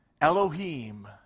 Elohim